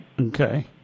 okay